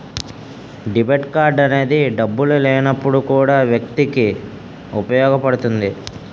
debit card అనేది డబ్బులు లేనప్పుడు కూడా వ్యక్తికి ఉపయోగపడుతుంది